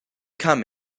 come